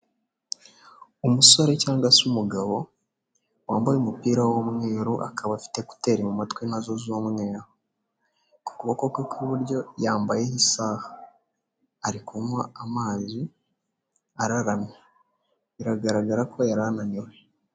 Umusore cyangwa se umugabo wambaye umupira w'umweru, akaba afite ekuteri mu mutwe nazo z'umweru. Ku kuboko kwe kw'iburyo yambayeho isaha, ari kunywa amazi araramye. Biragaragara ko yari ananiwe.